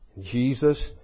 Jesus